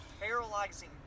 paralyzing